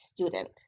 student